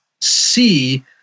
see